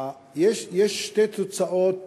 יש שתי תוצאות